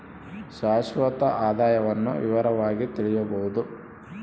ಶಾಶ್ವತ ಆದಾಯವನ್ನು ವಿವರವಾಗಿ ತಿಳಿಯಬೊದು